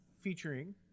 Featuring